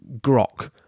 grok